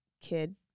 kid